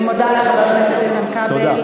אני מודה לך, חבר הכנסת איתן כבל.